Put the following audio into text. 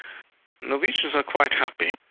norwegians are quite happy.